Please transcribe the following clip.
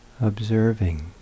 observing